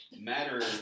matter